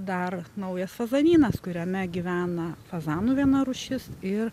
dar naujas fazanynas kuriame gyvena fazanų viena rūšis ir